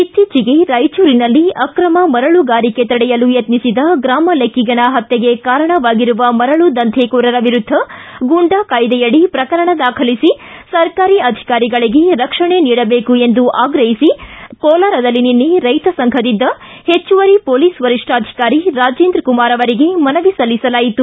ಇತ್ತೀಚೆಗೆ ರಾಯಚೂರಿನಲ್ಲಿ ಅಕ್ರಮ ಮರಳುಗಾರಿಕೆ ತಡೆಯಲು ಯತ್ನಿಸಿದ ಗ್ರಾಮ ಲೆಕ್ಕಿಗನ ಹತ್ಯೆಗೆ ಕಾರಣವಾಗಿರುವ ಮರಳು ದಂಧೆಕೋರರ ವಿರುದ್ದ ಗೂಂಡಾ ಕಾಯ್ದೆಯಡಿ ಪ್ರಕರಣ ದಾಖಲಿಸಿ ಸರ್ಕಾರಿ ಅಧಿಕಾರಿಗಳಿಗೆ ರಕ್ಷಣೆ ನೀಡಬೇಕು ಎಂದು ಆಗ್ರಹಿಸಿ ರೈತ ಸಂಘದಿಂದ ಹೆಚ್ಚುವರಿ ಪೋಲಿಸ್ ವರಿಷ್ಠಾಧಿಕಾರಿ ರಾಜೇಂದ್ರಕುಮಾರ್ ಅವರಿಗೆ ಮನವಿ ಸಲ್ಲಿಸಲಾಯಿತು